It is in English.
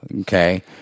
Okay